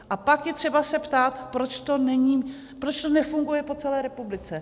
A pak je třeba se ptát, proč to nefunguje po celé republice.